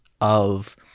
of-